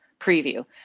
preview